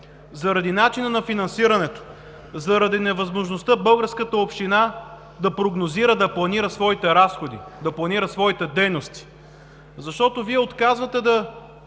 заради начина на финансирането, заради невъзможността българската община да прогнозира, да планира своите разходи, да планира своите дейности. Защото Вие отказвате да